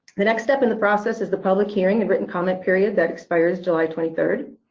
the next step in the process is the public hearing and written comment period that expires july twenty third.